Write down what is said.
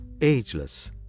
ageless